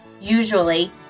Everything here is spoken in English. Usually